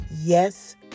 yes